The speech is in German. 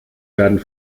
werden